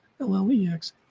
LLEX